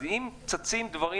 אז אם צצים דברים